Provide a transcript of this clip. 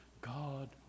God